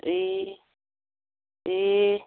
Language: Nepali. ए ए